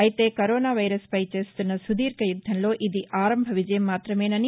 అయితే కరోనాపై చేస్తున్న సుదీర్ఘ యుద్దంలో ఇది ఆరంభ విజయం మాత్రమేననీ